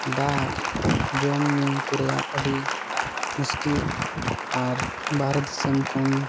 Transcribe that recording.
ᱫᱟᱜ ᱡᱚᱢᱼᱧᱩ ᱠᱚ ᱨᱮᱭᱟᱜ ᱟᱹᱰᱤ ᱢᱩᱥᱠᱤᱞ ᱟᱨ ᱵᱟᱦᱨᱮ ᱫᱤᱥᱚᱢ ᱠᱷᱚᱱ